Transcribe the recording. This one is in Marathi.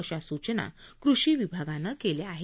अशा सूचना कृषी विभागानं केल्या आहेत